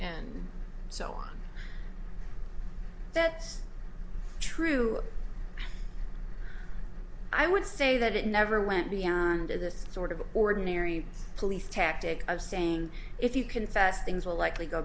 and so on that's true i would say that it never went beyond the sort of ordinary police tactic of saying if you confess things will likely go